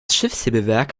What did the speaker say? schiffshebewerk